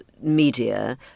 media